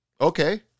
okay